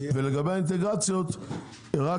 ולבי האינטגרציות רק